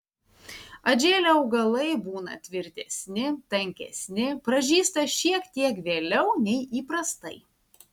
atžėlę augalai būna tvirtesni tankesni pražysta šiek tiek vėliau nei įprastai